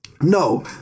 no